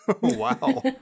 Wow